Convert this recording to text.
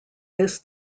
this